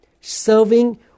serving